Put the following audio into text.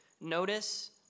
Notice